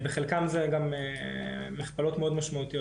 בחלקן זה גם מכפלות מאוד משמעותיות.